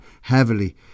heavily